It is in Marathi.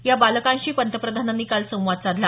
या बालकांशी पंतप्रधानांनी काल संवाद साधला